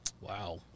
Wow